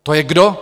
To je kdo?